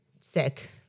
sick